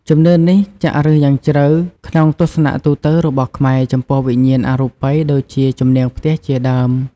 ជំនឿនេះចាក់ឬសយ៉ាងជ្រៅក្នុងទស្សនៈទូទៅរបស់ខ្មែរចំពោះវិញ្ញាណអរូបីដូចជាជំនាងផ្ទះជាដើម។